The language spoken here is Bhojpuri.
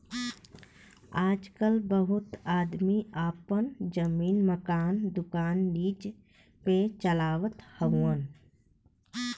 आजकल बहुत आदमी आपन जमीन, मकान, दुकान लीज पे चलावत हउअन